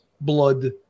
blood